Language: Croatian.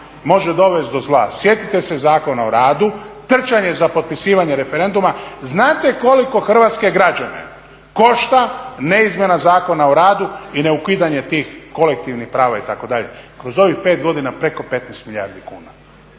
može dovesti do zla. Sjetite se Zakona o radu, trčanje za potpisivanje referenduma. Znate koliko hrvatske građane košta ne izmjena Zakona o radu i ne ukidanje tih kolektivnih prava itd.? Kroz ovih pet godina preko 15 milijardi kuna.